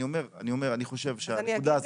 אני אומר אני חושב שהנקודה הזאת צריכה לבוא לידי ביטוי.